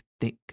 thick